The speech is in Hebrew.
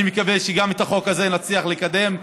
אני מקווה שגם את החוק הזה נצליח לקדם,